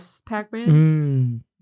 pac-man